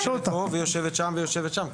היא פה והיא יושבת שם והיא יושבת שם,